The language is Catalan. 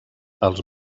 als